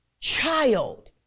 child